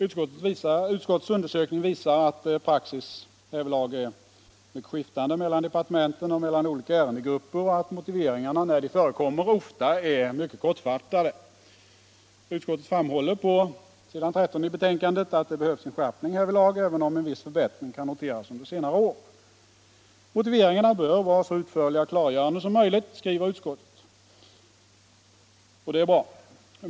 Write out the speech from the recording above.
Utskottets undersökning visar att praxis härvidlag är mycket skiftande mellan departementen och mellan olika ärendegrupper och att motiveringarna när de förekommer ofta är mycket kortfattade. Utskottet framhåller på s. 13 i betänkandet att det behövs en-skärpning härvidlag även om en viss förbättring kan noteras under senare år. Motiveringarna bör vara så utförliga och klargörande som möjligt, skriver utskottet. Det är bra.